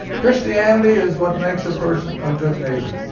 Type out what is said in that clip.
christianity is what makes a person a good neighbor.